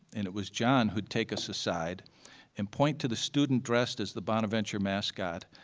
and it was john who would take us aside and point to the student dressed as the bonaventure mascot,